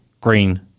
green